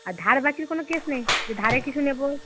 আর ধার বাকির কোনো কেস নেই যে ধারে কিছু নেবো